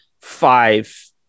five